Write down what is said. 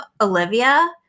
olivia